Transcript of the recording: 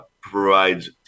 provides